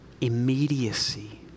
immediacy